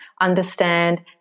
understand